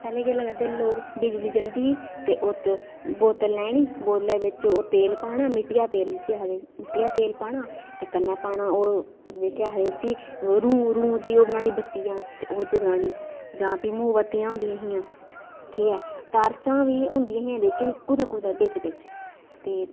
पैहले के करदे लोक बिजली जंदी ही ते बोतल लैनी बोतला बिच्च तेल पाना मिट्टिया दा तेल जिसी आखदे मिट्टिया दा तेल पाना कन्नै पाना केह् आखदे उसी रूं रूं दी ओह् बनानी बत्ती ते ओह् जगानी जा मोबत्तियां होदियां ही ठीक ऐ टार्चां बी होदियां ही लेकिन कुतै कुत्ते बिच ते